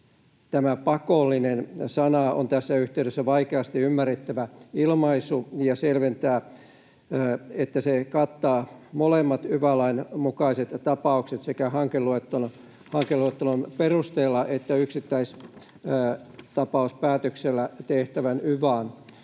tämä pakollinen-sana on ”tässä yhteydessä vaikeasti ymmärrettävä ilmaisu, ja selventää, että se kattaa molemmat yva-lain mukaiset tapaukset, sekä hankeluettelon perusteella että yksittäistapauspäätöksellä tehtävän yvan”.